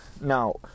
Now